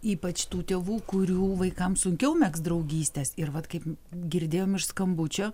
ypač tų tėvų kurių vaikams sunkiau megzt draugystes ir vat kaip girdėjom iš skambučio